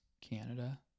Canada